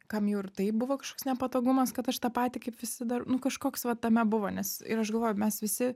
kam jau ir taip buvo kažkoks nepatogumas kad aš tą patį kaip visi dar kažkoks va tame buvo nes ir aš galvoju mes visi